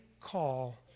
call